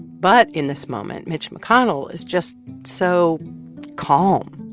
but in this moment, mitch mcconnell is just so calm,